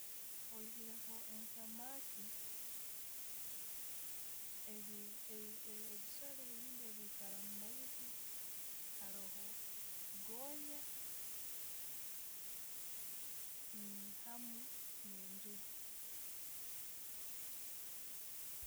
Oyireho ensomaki, ebi- ebisoro ebindi ebikaara omumaiizi harojo gonya hamu ne'enjubu.